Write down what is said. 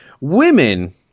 Women